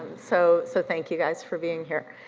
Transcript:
so so, thank you guys for being here.